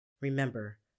Remember